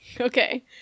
okay